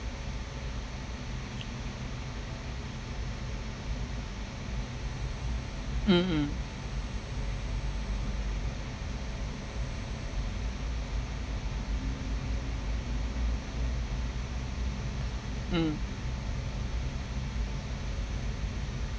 mm mm mm